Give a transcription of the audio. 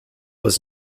was